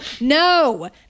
No